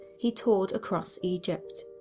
he toured across egypt.